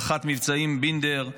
רח"ט מבצעים בינדר,